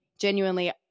genuinely